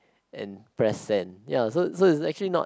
and press send ya so so is actually not